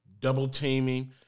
double-teaming